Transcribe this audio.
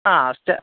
ആ സ്റ്റ്